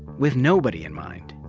with nobody in mind.